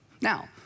Now